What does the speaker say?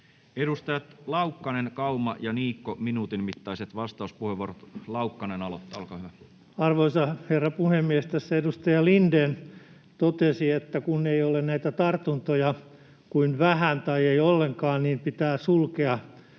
Edustajat Laukkanen, Kauma ja Niikko, minuutin mittaiset vastauspuheenvuorot. Laukkanen aloittaa. — Olkaa hyvä. Arvoisa herra puhemies! Tässä edustaja Lindén totesi, että kun ei ole näitä tartuntoja kuin vähän tai ei ollenkaan, niin pitää sulkea